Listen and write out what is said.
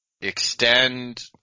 extend